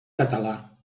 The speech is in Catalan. català